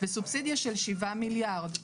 וסובסידיה של שבעה מיליארד.